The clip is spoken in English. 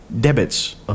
debits